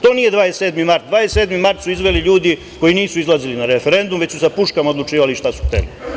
To nije 27. mart, 27. mart su izveli ljudi koji nisu izlazili na referendum, već su sa puškama odlučivali šta su hteli.